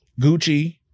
Gucci